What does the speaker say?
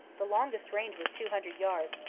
the longest range was two hundred yards,